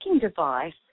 device